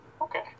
Okay